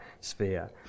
sphere